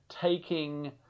taking